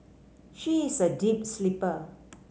she is a deep sleeper